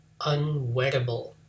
unwettable